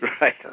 right